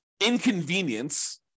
inconvenience